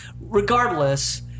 regardless